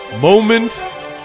moment